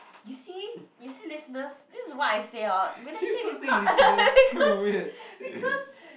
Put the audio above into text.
you see you see listeners this is what I say hor relationship is not because because